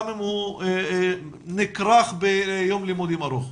גם אם הוא נכרך ביום לימודים ארוך.